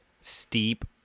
steep